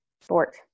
sport